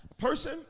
Person